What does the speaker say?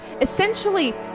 essentially